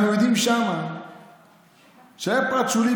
אנחנו יודעים שהיה פרט שולי,